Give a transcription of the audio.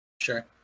Sure